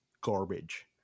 garbage